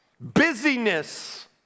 Busyness